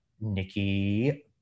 Nikki